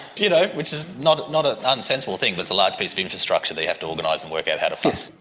you know which is not not an un-sensible thing but it's a large piece of infrastructure that you have to organise and work out how to fund.